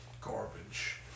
garbage